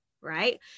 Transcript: right